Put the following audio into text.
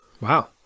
Wow